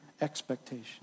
expectation